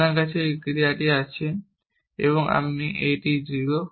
আমার কাছে একটি ক্রিয়া আছে একটি 0